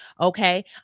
okay